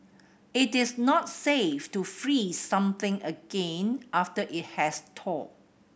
it is not safe to freeze something again after it has thawed